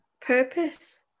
purpose